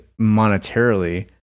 monetarily